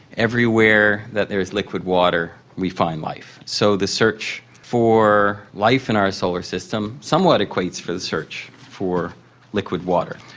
everywhere that there is liquid water we find life. so the search for life in our solar system somewhat equates with the search for liquid water.